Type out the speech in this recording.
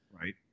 right